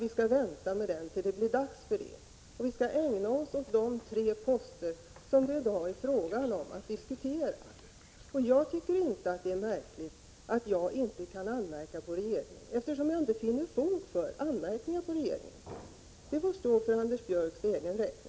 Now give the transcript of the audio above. Vi skall ägna oss åt att diskutera de tre poster som det i dag är fråga om. Jag tycker inte att det är konstigt att jag inte kan anmärka på regeringen, eftersom jag inte finner fog för någon sådan anmärkning. Att det skulle vara märkligt får stå för Anders Björcks egen räkning.